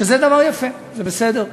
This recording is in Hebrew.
שזה דבר יפה, זה בסדר.